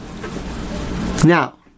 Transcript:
Now